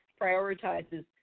prioritizes